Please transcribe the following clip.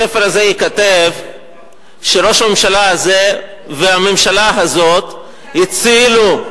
בספר הזה ייכתב שראש הממשלה הזה והממשלה הזאת הצילו,